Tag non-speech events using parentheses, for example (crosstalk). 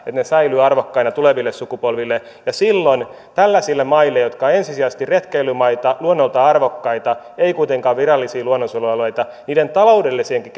että ne säilyvät arvokkaina tuleville sukupolville ja silloin tällaisten maiden jotka ovat ensisijaisesti retkeilymaita luonnoltaan arvokkaita eivät kuitenkaan virallisia luonnonsuojelualueita taloudelliseenkin (unintelligible)